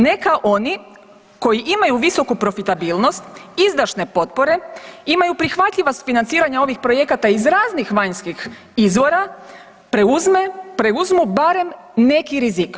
Neka oni koji imaju visoku profitabilnost, izdašne potpore, imaju prihvatljiva sufinanciranja ovih projekata iz raznih vanjskih izvora preuzme, preuzmu barem neki rizik.